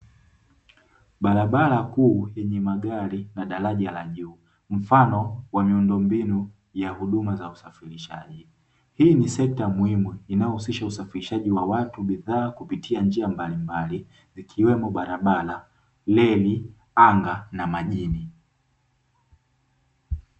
Barabara kuu yenye magari na daraja la juu, mfano wa miundombinu ya huduma za usafirishaji. Hii ni sekta muhimu inayohusisha usafirishaji wa watu, bidhaa kupitia njia mbalimbali, ikiwemo barabara, reli, anga na majini.